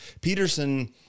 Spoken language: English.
Peterson